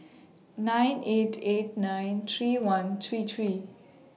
nine eight eight nine three one three three